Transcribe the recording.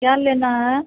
क्या लेना है